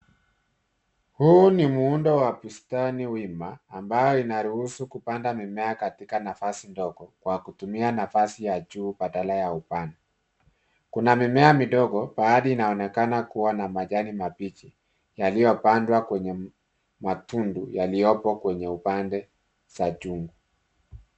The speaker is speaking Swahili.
Huu ni muundo wa bustani wima, ambayo inaruhusu kupanda mimea katika nafasi ndogo kwa kutumia nafasi ya juu badala ya upande. Kuna mimea midogo baadhi inaonekana kuwa na majani mabichi yaliyopandwa kwenye matundu yaliyopo kwenye upande za chungu.